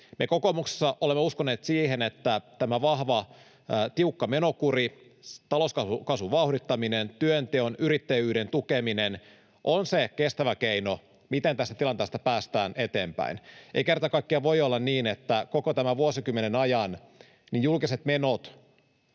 Me kokoomuksessa olemme uskoneet siihen, että vahva, tiukka menokuri, talouskasvun vauhdittaminen ja työnteon ja yrittäjyyden tukeminen ovat se kestävä keino, miten tästä tilanteesta päästään eteenpäin. Ei kerta kaikkiaan voi olla niin, että koko tämän vuosikymmenen ajan julkiset menot,